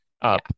up